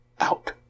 out